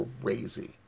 crazy